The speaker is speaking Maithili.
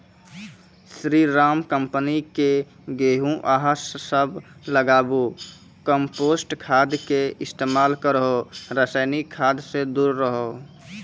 स्री राम कम्पनी के गेहूँ अहाँ सब लगाबु कम्पोस्ट खाद के इस्तेमाल करहो रासायनिक खाद से दूर रहूँ?